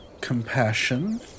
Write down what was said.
compassion